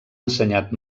ensenyat